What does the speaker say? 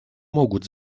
могут